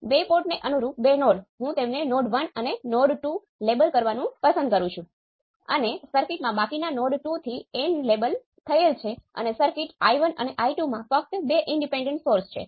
આ VAB રેખીય circuit છે